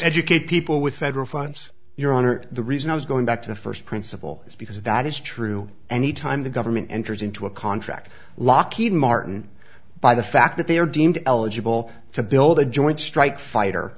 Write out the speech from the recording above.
educate people with federal funds your honor the reason i was going back to the first principle is because that is true any time the government enters into a contract lockheed martin by the fact that they are deemed eligible to build a joint strike fighter